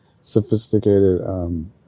sophisticated